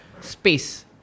space